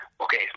okay